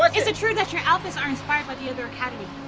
like is it true that your outfits are inspired by the other academy?